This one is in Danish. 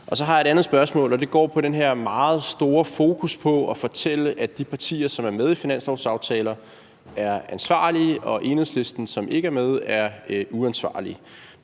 Så har jeg et andet spørgsmål, og det går på den her meget store fokus på at fortælle, at de partier, som er med i finanslovsaftaler, er ansvarlige, og at Enhedslisten, som ikke er med, er uansvarlig.